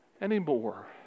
anymore